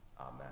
Amen